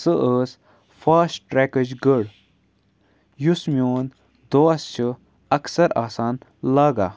سُہ ٲس فاسٹرٛٮ۪کٕچ گٔر یُس میون دوس چھُ اَکثر آسان لاگان